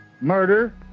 murder